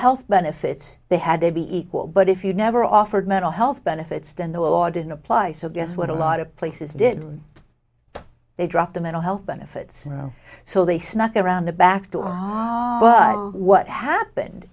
health benefits they had to be equal but if you never offered mental health benefits then the law didn't apply so guess what a lot of places did they dropped the mental health benefits so they snuck around the back door but what happened